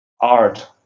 art